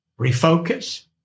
Refocus